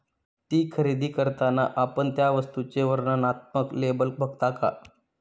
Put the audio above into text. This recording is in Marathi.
ती खरेदी करताना आपण त्या वस्तूचे वर्णनात्मक लेबल बघता का?